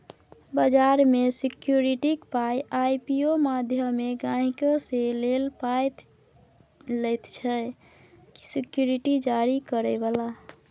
बजार मे सिक्युरिटीक पाइ आइ.पी.ओ माध्यमे गहिंकी सँ पाइ लैत छै सिक्युरिटी जारी करय बला